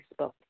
Facebook